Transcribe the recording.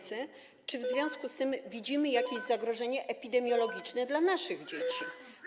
Czy w związku z tym widzimy jakieś zagrożenie epidemiologiczne dla naszych dzieci?